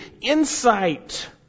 insight